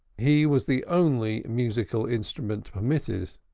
he was the only musical instrument permitted,